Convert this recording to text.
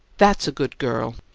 that's a good girl!